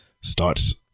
starts